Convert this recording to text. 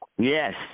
Yes